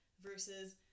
versus